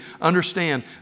understand